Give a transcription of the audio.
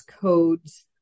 codes